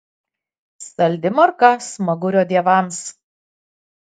saldi morka smagurio dievams